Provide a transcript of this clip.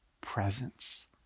presence